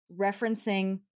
referencing